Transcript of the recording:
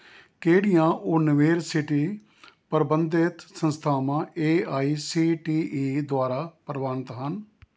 ਕਿਹੜੀਆਂ ਯੂਨੀਵਰਸਿਟੀ ਪਰਬੰਧਿਤ ਸੰਸਥਾਵਾਂ A I C T E ਦੁਆਰਾ ਪ੍ਰਵਾਨਿਤ ਹਨ